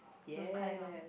those kind lor